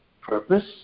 purpose